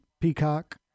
Peacock